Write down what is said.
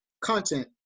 content